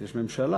יש ממשלה.